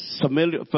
Familiar